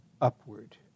upward